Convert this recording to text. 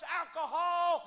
alcohol